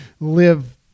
live